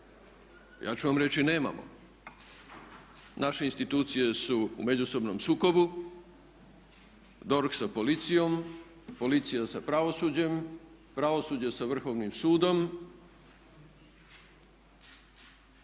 Ja ću vam reći, nemamo. Naše institucije su u međusobnom sukobu, DORH sa Policijom, Policija sa pravosuđem, pravosuđe sa Vrhovnim sudom.